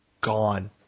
gone